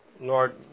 Lord